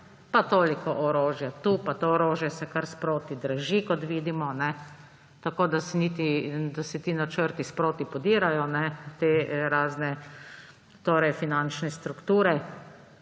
pa toliko orožja tu, pa to orožje se kar sproti draži, kot vidimo, tako da se ti načrti sproti podirajo, te razne finančne strukture.